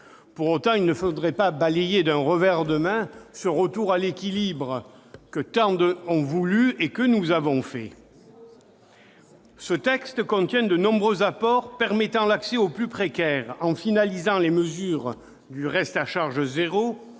Pour autant, il ne faudrait pas balayer d'un revers de main ce retour à l'équilibre que beaucoup ont souhaité et que nous avons réalisé. Ce texte contient de nombreux apports qui permettent l'accès des plus précaires à la protection sociale en finalisant les mesures du reste à charge zéro,